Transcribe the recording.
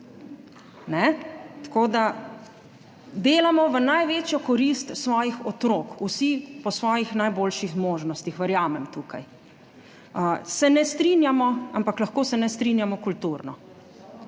Tako da delamo v največjo korist svojih otrok vsi po svojih najboljših možnostih, verjamem, tukaj. Se ne strinjamo, ampak lahko se ne strinjamo kulturno.